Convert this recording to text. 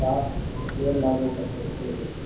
आप नियम लागू कर सकते हैं